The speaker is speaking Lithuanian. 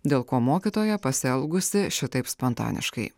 dėl ko mokytoja pasielgusi šitaip spontaniškai